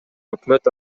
өкмөт